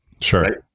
Sure